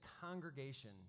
congregation